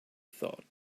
thought